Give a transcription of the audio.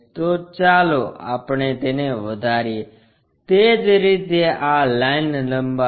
તો ચાલો આપણે તેને વધારીએ તે જ રીતે આ લાઈન લંબાવી